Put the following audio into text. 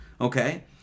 okay